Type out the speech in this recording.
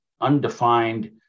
undefined